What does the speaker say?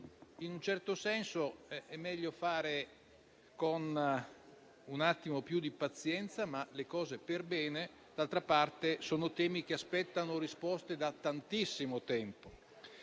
in un certo senso è meglio fare le cose con più pazienza, ma perbene; d'altra parte, sono temi che aspettano risposte da tantissimo tempo.